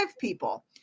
people